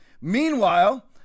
Meanwhile